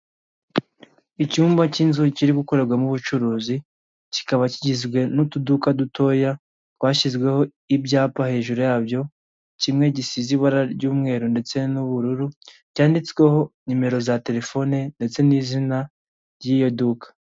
Icyumba cy'inzu kiri gukorerwamo ubucuruzi kikaba kigizwe n'utuduka dutoya, twashyizweho ibyapa hejuru yabyo kimwe gisize ibara ry'umweru ndetse n'ubururu cyanditsweho nimero za telefone ndetse n'izina ry'iyo duka.